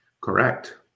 Correct